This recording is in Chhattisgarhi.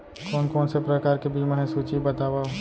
कोन कोन से प्रकार के बीमा हे सूची बतावव?